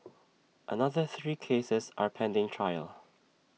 another three cases are pending trial